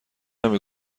نمی